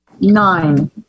nine